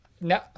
no